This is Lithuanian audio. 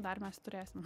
dar mes turėsim